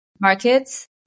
markets